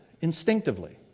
instinctively